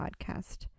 podcast